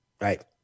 Right